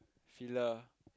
Fila